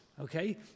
Okay